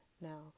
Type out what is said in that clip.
Now